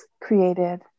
created